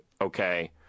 Okay